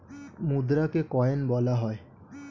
মুদ্রাকে coin বলা হয়